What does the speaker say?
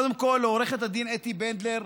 וקודם כול לעו"ד אתי בנדלר,